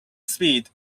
speed